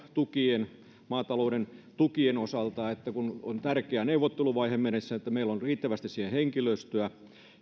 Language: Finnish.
tukien maatalouden tukien osalta että kun on tärkeä neuvotteluvaihe menossa niin meillä on riittävästi siihen henkilöstöä